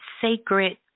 sacred